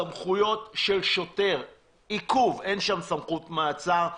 סמכויות של שוטר עיכוב, אין שם סמכות מעצר,